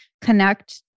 connect